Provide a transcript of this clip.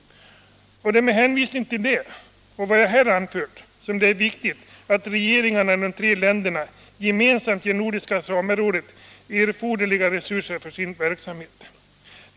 Med hänsyn till vad jag här anfört anser jag det viktigt att regeringarna i de tre länderna gemensamt ger Nordiska samerådet erforderliga resurser för dess verksamhet.